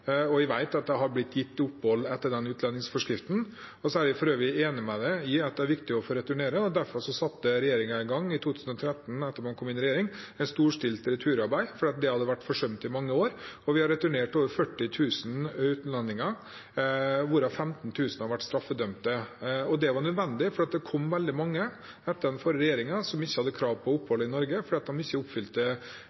og jeg vet at det har blitt gitt opphold etter den utlendingsforskriften. Jeg er for øvrig enig med representanten i at det er viktig å returnere, og derfor satte regjeringen i gang i 2013 – etter at vi kom inn i regjering – med storstilt returarbeid fordi det hadde vært forsømt i mange år. Vi har returnert over 40 000 utlendinger, hvorav 15 000 har vært straffedømte. Det var nødvendig, for det kom veldig mange etter den forrige regjeringen som ikke hadde krav på